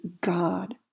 God